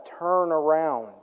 turnaround